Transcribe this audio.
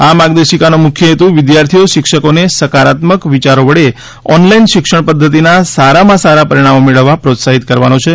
આ માર્ગદર્શિકાનો મુખ્ય હેતુ વિદ્યાર્થીઓ શિક્ષકોને સકારાત્મક વિચારોવડે ઓનલાઈન શિક્ષણ પદ્વતિના સારામાં સારા પરિણામો મેળવવા પ્રોત્સાહિત કરવાનો છે